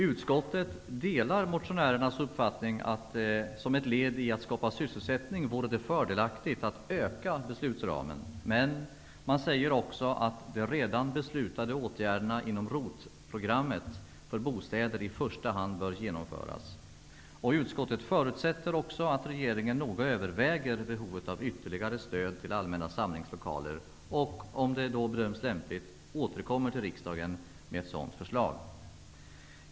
Utskottet delar motionärernas uppfattning att det som ett led i att skapa sysselsättning vore fördelaktigt att öka beslutsramen. Men man säger också att de redan beslutade åtgärderna inom ROT-programmet för bostäder i första hand bör genomföras. Utskottet förutsätter också att regeringen noga överväger behovet av ytterligare stöd till allmänna samlingslokaler och, om det bedöms lämpligt, återkommer till riksdagen med ett sådant förslag.